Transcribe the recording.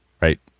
Right